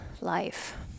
life